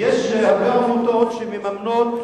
יש הרבה עמותות שמממנות